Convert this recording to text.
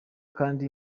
kandi